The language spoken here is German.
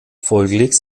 folglich